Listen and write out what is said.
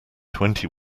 twenty